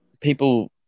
People